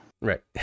Right